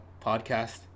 podcast